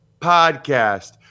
podcast